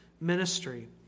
ministry